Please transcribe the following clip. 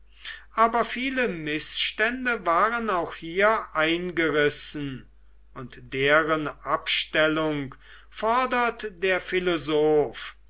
aber viele mißstände waren auch hier eingerissen und deren abstellung fordert der philosoph